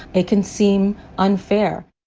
it can seem unfair.